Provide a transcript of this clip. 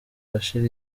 bashir